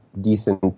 decent